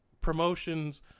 promotions